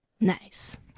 nice